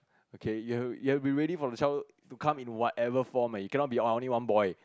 okay you have you have to be ready for the child to come in whatever form leh you cannot be oh I only want boy